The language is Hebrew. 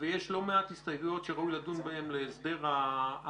ויש לא מעט הסתייגויות שראוי לדון בהן להסדר הקבוע,